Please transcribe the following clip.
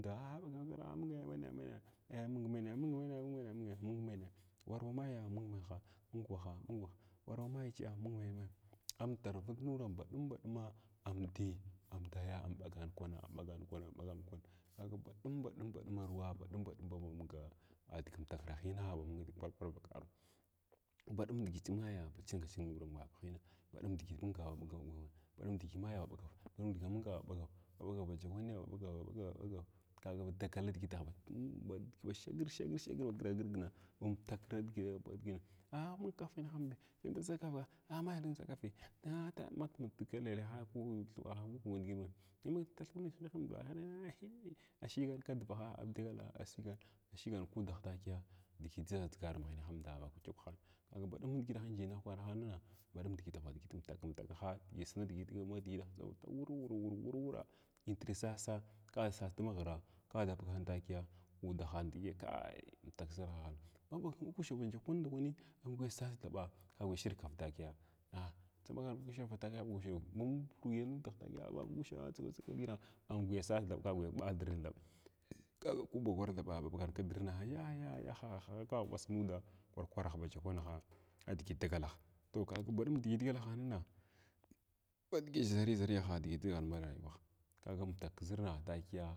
Da amung ya meyin menya ah amung menya mung menya mung menya mung menya tuww maya mung wahn mung waha mung waha whurwhrmay chiya mung henya amtuvul nuram baɗum baɗumm, amdiya amdaya amɓagan kwana amɓagan kwana amɓagan ba kwana kaga baɗum baɗumanaguwa badum ba mvaga adiga amtakrahna bu munga nidigi pal pal vakwamura badum digi maya bachinga chinga mulan vakwahin, badum nidigi munga badum nidigi maya baɓagar badum nidig, mungu ba ɓagav, baɓagav ny kwanina baɓagav babagav baɓagav kaga budagul nidigifuh badum nidigi ba shgr shagir shagir gmgrgna bamtuku diʒinna ah mung kaf mahnehamd ʒiyam kaf ah aghmai nin ʒakafi ah ma ma digi lellehag, ku thwwaha ko diginah ah tuth mung linehanda ashigann kdrahn amdagalni asugwan ashgan kndah takiya diʒi ʒaw ndʒiʒar mahinehamda, avyədya kuhs kaga badum nidig, naji kwarahina tigi digi tuwar war war warj warj ihr sasa kada sass kaba tigani takiya udagh udahana digila kai amtuk ʒarhahai mabagama ɓag kushar band akwanin ambgwuya sas thnba kagu amshiryakar takiya ah dʒa ɓagamaushav takiya tsiʒ kidigina amguya sas thaɓ ka amguya daɓadir thaɓ kaga knbakwar thab ba ɓagar dibns ayya ayyah ayuha ka ghubasg nmda kwar kwarh bija kwamahan adiʒi dagulah toh kaga baɗum digi dagalah badig. ʒari ʒariyahan diʒi dagal marayuwaha kaga amfuk kiʒirna takiya.